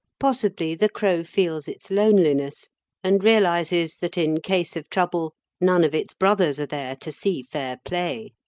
possibly the crow feels its loneliness and realises that in case of trouble none of its brothers are there to see fair play.